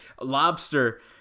Lobster